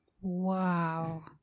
Wow